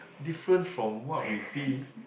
different from what we see